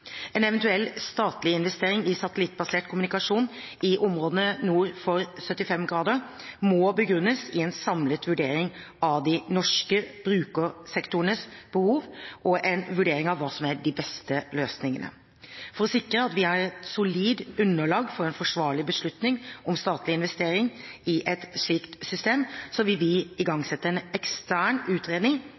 En eventuell statlig investering i satellittbasert kommunikasjon i områdene nord for 75 grader må begrunnes i en samlet vurdering av de norske brukersektorenes behov og en vurdering av hva som er de beste løsningene. For å sikre at vi har et solid underlag for en forsvarlig beslutning om statlig investering i et slikt system, vil vi igangsette en ekstern utredning